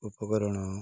ଉପକରଣ